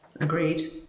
Agreed